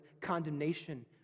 condemnation